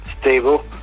Stable